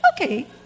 Okay